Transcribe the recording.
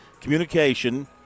communication